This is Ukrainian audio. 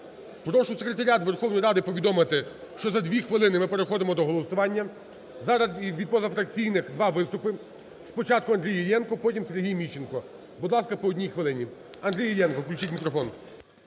Прошу Секретаріат Верховної Ради повідомити, що за 2 хвилини ми переходимо до голосування. Зараз від позафракційних два виступи. Спочатку Андрій Іллєнко, потім Сергій Міщенко. Будь ласка, по одній хвилині. Андрій Іллєнко. Включіть мікрофон.